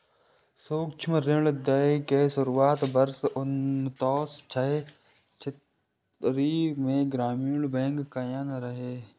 सूक्ष्म ऋण दै के शुरुआत वर्ष उन्नैस सय छिहत्तरि मे ग्रामीण बैंक कयने रहै